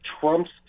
Trump's